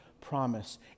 promise